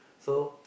so